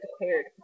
declared